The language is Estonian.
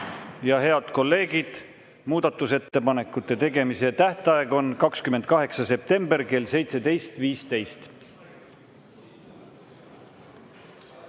Head kolleegid, muudatusettepanekute tegemise tähtaeg on 28. september kell 17.15.